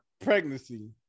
pregnancy